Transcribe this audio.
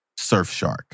Surfshark